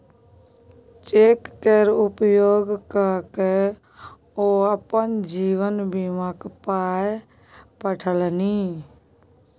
cheque केर उपयोग क कए ओ अपन जीवन बीमाक पाय पठेलनि